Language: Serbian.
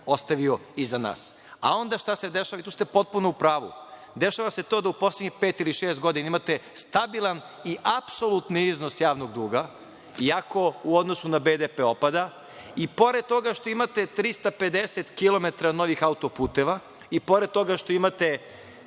ostavio iza nas. Onda, šta se dešava? Tu ste potpuno u pravu. Dešava se to da u poslednjih pet ili šest godina imate stabilan i apsolutni iznos javnog duga, iako u odnosu na BDP opada i pored toga što imate 350 km novih autoputeva i pored toga što imate